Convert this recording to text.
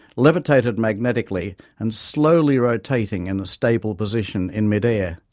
levitated magnetically and slowly rotating in a stable position in mid air.